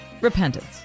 Repentance